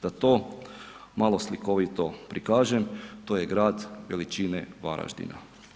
Da to malo slikovito prikažem, to je grad veličine Varaždina.